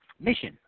mission